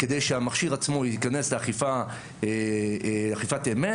כדי שהמכשיר עצמו ייכנס לאכיפת אמת.